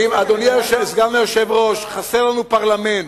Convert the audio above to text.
לא, חסר לנו פרלמנט.